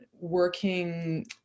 working